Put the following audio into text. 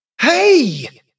Hey